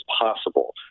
possible